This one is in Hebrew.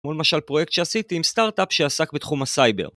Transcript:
למשל פרויקט שעשיתי עם סטארט-אפ שעסק בתחום הסייבר.